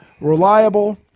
reliable